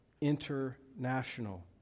international